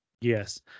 Yes